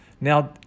now